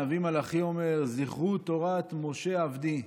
הנביא מלאכי אומר: "זכרו תורת משה עבדי".